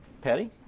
Patty